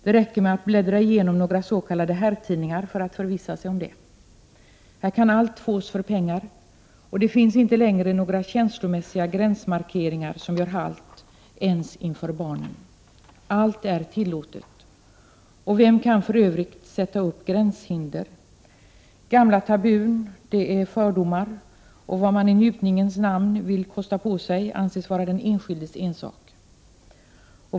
Det räcker med att bläddra igenom några s.k. herrtidningar för att förvissa sig om det. Här kan allt fås för pengar. Det finns inte längre några känslomässiga gränsmarkeringar, som gör halt ens inför barnen. Allt är tillåtet. Vem kan för övrigt sätta upp gränshinder? Gamla tabun är fördomar, och vad man i njutningens namn vill kosta på sig anses vara den enskildes ensak.